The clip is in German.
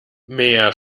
mehr